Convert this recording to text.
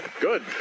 Good